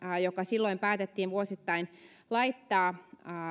joka silloin päätettiin vuosittain laittaa